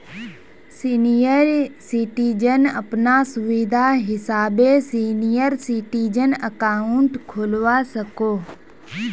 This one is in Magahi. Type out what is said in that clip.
सीनियर सिटीजन अपना सुविधा हिसाबे सीनियर सिटीजन अकाउंट खोलवा सकोह